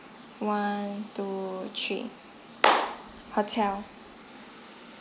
one two three hotel